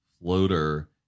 Floater